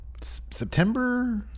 September